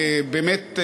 באמת,